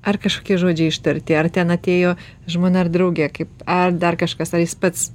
ar kažkokie žodžiai ištarti ar ten atėjo žmona ir draugė kaip ar dar kažkas ar jis pats